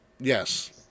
yes